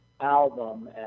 album